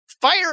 fire